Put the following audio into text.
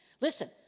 listen